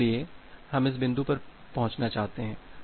इसलिए हम इस बिंदु पर पहुंचना चाहते हैं